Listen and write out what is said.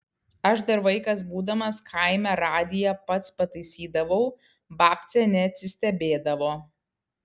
aš dar vaikas būdamas kaime radiją pats pataisydavau babcė neatsistebėdavo